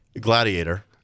gladiator